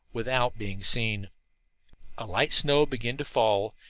without being seen a light snow began to fall,